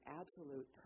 absolute